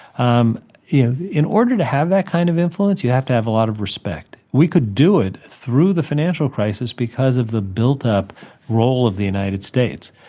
um in in order to have that kind of influence, you have to have a lot of respect. we could do it through the financial crisis because of the built up role of the united states.